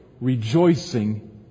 rejoicing